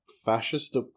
fascist